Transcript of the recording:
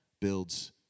builds